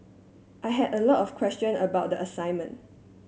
I had a lot of question about the assignment